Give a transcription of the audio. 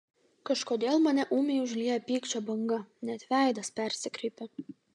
kažkodėl mane ūmiai užlieja pykčio banga net veidas persikreipia